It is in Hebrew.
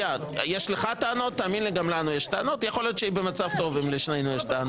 הקואליציה יכולה להירשם לדבר.